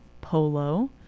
polo